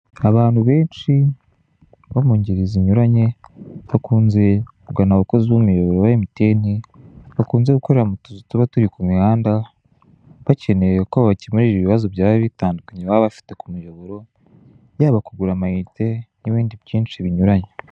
Abantu benshi bo mu ngeri zinyuranye bakunze kugana abakozi b'umuyoboro wa MTN, bakunze gukorera mutuzu tuba turi ku mihanda bakeneye ko babakemurira ibibazo byaba bitandukanye baba bafite ku muyoboro yaba kugura amayinite n'ibindi byinsh binyuranye.